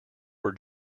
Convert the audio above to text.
were